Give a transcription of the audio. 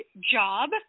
job